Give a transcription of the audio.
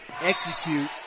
Execute